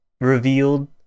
revealed